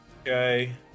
Okay